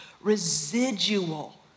residual